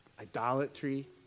idolatry